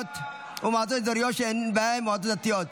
ומועצות אזוריות שאין בהן מועצות דתיות),